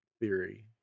theory